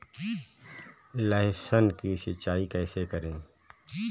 लहसुन की सिंचाई कैसे करें?